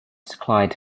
clyde